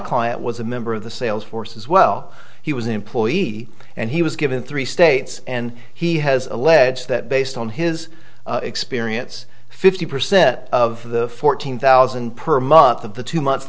client was a member of the sales force as well he was an employee and he was given three states and he has alleged that based on his experience fifty percent of the fourteen thousand per month of the two months